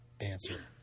answer